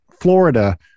Florida